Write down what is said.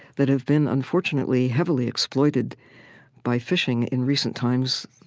that have been, unfortunately, heavily exploited by fishing in recent times.